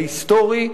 ההיסטורי,